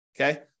Okay